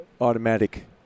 automatic